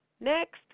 Next